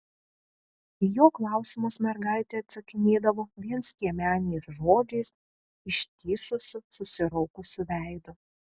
į jo klausimus mergaitė atsakinėdavo vienskiemeniais žodžiais ištįsusiu susiraukusiu veidu